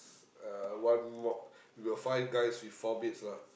uh one more we were five guys with four beds lah